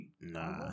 Nah